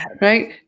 right